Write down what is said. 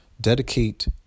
Dedicate